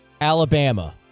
Alabama